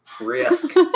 Risk